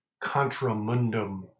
contramundum